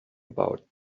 about